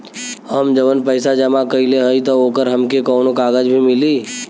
हम जवन पैसा जमा कइले हई त ओकर हमके कौनो कागज भी मिली?